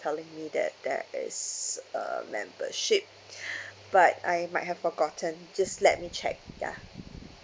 telling me that that is a membership but I might have forgotten just let me check ya